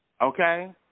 Okay